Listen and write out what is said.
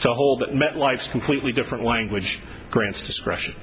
to hold that metlife completely different language grants discretion